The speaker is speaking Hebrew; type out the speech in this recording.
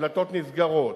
והדלתות נסגרות,